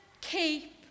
keep